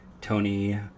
Tony